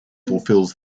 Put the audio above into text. fulfills